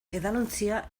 edalontzia